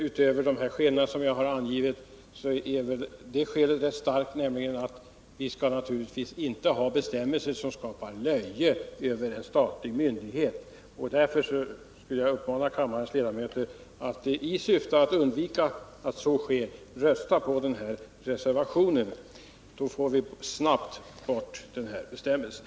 Utöver de skäl som jag har angivit för detta är väl också det skälet starkt, att vi inte skall ha bestämmelser som drar löje över en statlig myndighet. Jag uppmanar därför kammarens ledamöter att rösta på reservationen. Då får vi snabbt bort den här bestämmelsen.